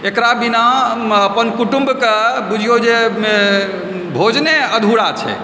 एकरा बिना अपन कुटुम्बके बुझियो जे भोजने अधूरा छै